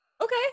Okay